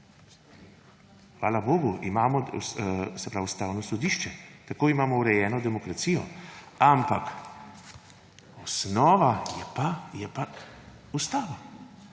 Hvala bogu, imamo Ustavno sodišče. Tako imamo urejeno demokracijo. Ampak osnova je pa Ustava.